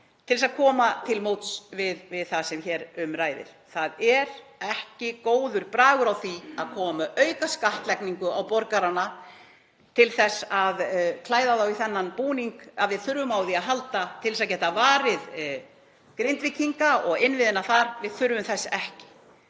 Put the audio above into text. til að koma til móts við það sem hér um ræðir. Það er ekki góður bragur á því að koma með aukaskattlagningu á borgarana og klæða það í þann búning að við þurfum á því að halda til þess að geta varið Grindvíkinga og innviðina þar. Við þurfum það ekki.